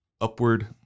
upward